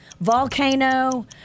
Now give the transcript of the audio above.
Volcano